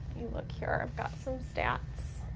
look here, i've got some stats.